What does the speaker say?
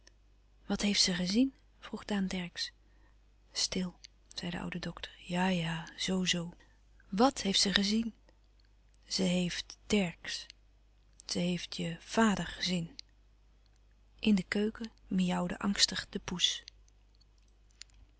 wat heeft ze gezien vroeg daan dercksz stt zei de oude dokter ja-ja zoo-zoo wàt heeft ze gezien ze heeft dercksz ze heeft je vader gezien in de keuken miauwde angstig de poes